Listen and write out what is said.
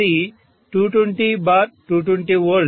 అది 220220V